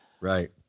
right